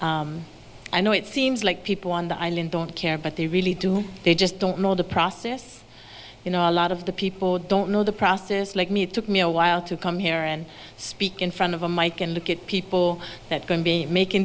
that i know it seems like people on the island don't care but they really do they just don't know the process you know a lot of the people don't know the process like me it took me a while to come here and speak in front of a mike and look at people that can be making